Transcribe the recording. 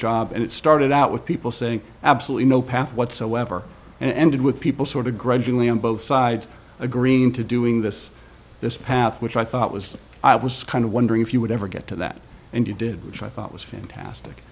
job and it started out with people saying absolutely no path whatsoever and ended with people sort of grudgingly on both sides agreeing to doing this this path which i thought was i was kind of wondering if you would ever get to that and you did which i thought was fantastic